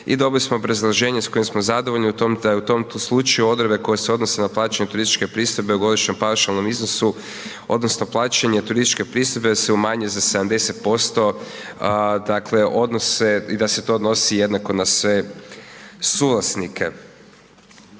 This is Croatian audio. i dobili smo obrazloženje s kojim smo zadovoljni u tom, da je u tom slučaju odredbe koje se odnose na plaćanje turističke pristojbe u godišnjem paušalnom iznosu odnosno plaćanje turističke pristojbe se umanjuje za 70%, dakle, odnose, i da se to odnosi jednako na sve suvlasnike.